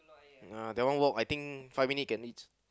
uh that one walk I think five minute can reach